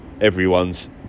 everyone's